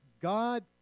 God